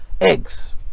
eggs